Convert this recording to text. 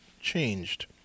changed